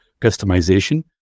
customization